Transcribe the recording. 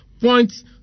points